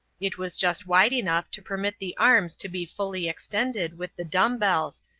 it was just wide enough to permit the arms to be fully extended with the dumb-bells,